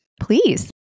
Please